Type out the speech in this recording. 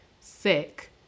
sick